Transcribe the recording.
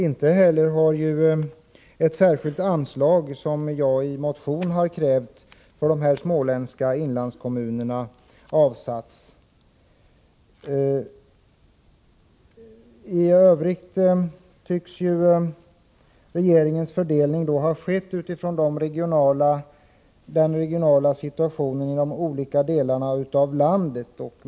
Inte heller har ett särskilt anslag, som jag i en motion krävt för de småländska inlandskommunerna, avsatts. I övrigt tycks regeringens fördelning ha skett utifrån den regionala situationen inom olika delar av landet.